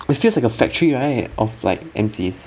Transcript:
it's just like a factory right of like M_Cs